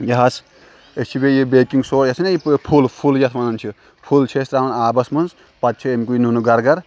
یہِ حظ أسۍ چھِ بیٚیہِ یہِ بیکِنٛگ سو یۄس پھُل پھُل یَتھ وَنان چھِ پھُل چھِ أسۍ ترٛاوان آبَس منٛز پَتہٕ چھِ اَمکُے نُنہٕ گَر گَر